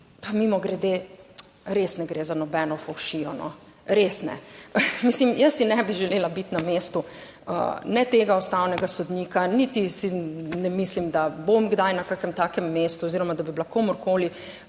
(nadaljevanje) res ne gre za nobeno fovšijo, res ne. Mislim, jaz si ne bi želela biti na mestu. Ne tega ustavnega sodnika, niti si ne mislim, da bom kdaj na kakšnem takem mestu oziroma da bi bila komurkoli,